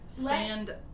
stand